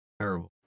Terrible